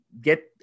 get